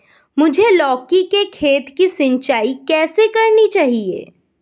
मुझे लौकी के खेत की सिंचाई कैसे करनी चाहिए?